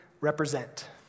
represent